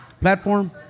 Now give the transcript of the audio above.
platform